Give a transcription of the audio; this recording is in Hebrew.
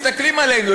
מסתכלים עלינו,